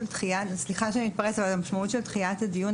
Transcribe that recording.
סליחה שאני מתפרצת אבל המשמעות של דחיית הדיון